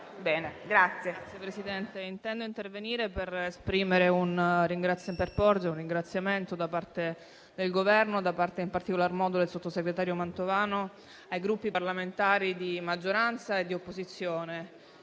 Signor Presidente, intendo intervenire per porgere un ringraziamento da parte del Governo, in particolar modo da parte del sottosegretario Mantovano, ai Gruppi parlamentari di maggioranza e di opposizione,